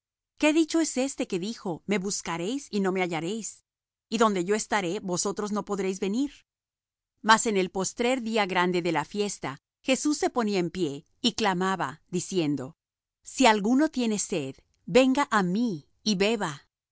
qué dicho es éste que dijo me buscaréis y no me hallaréis y donde yo estaré vosotros no podréis venir mas en el postrer día grande de la fiesta jesús se ponía en pie y clamaba diciendo si alguno tiene sed venga á mí y beba